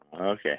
Okay